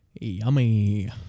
Yummy